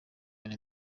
iyo